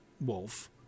wolf